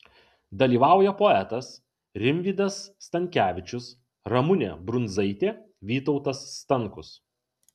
dalyvauja poetas rimvydas stankevičius ramunė brundzaitė vytautas stankus